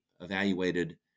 evaluated